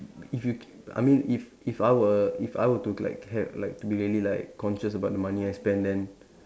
if you I mean if if I were if I were to like care like to be really like conscious about the money I spend then